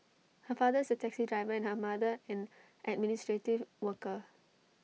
her father is A taxi driver and her mother an administrative worker